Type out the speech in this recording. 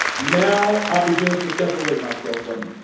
now. i began to separate myself from